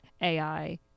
AI